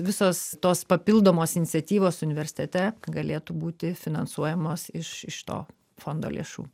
visos tos papildomos iniciatyvos universitete galėtų būti finansuojamos iš iš to fondo lėšų